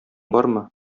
бармы